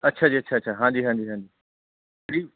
ਅੱਛਾ ਜੀ ਅੱਛਾ ਅੱਛਾ ਹਾਂਜੀ ਹਾਂਜੀ ਪਲੀ